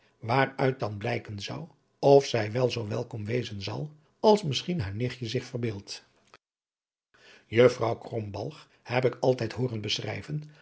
waaruit dan blijken zou of zij wel zoo welkom wezen zal als misschien haar nichtje adriaan loosjes pzn het leven van hillegonda buisman zich verbeeldt juffrouw krombalg heb ik altijd hooren beschrijven